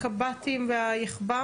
יחב"מ?